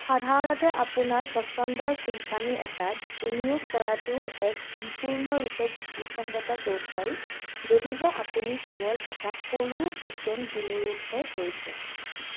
সাধাৰণতে আপোনাৰ পচন্দৰ কোম্পানী এটাত বিনিয়োগ কৰাটোও এক সম্পূৰ্ণৰূপে যুক্তিসঙ্গত কৌশল যদিহে আপুনি কেৱল এটা সৰু টোকেন বিনিয়োগহে কৰিছে